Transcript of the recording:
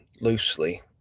loosely